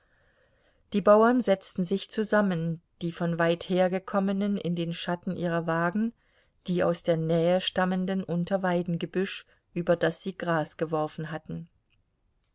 die bauern setzten sich zusammen die von weiter her gekommen in den schatten ihrer wagen die aus der nähe stammenden unter weidengebüsch über das sie gras geworfen hatten